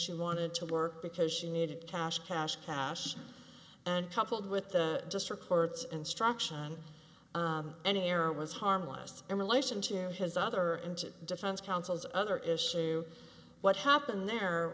she wanted to work because she needed cash cash cash and coupled with the just records instruction and any error was harmless in relation to his other and defense counsels other issue what happened there